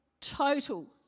total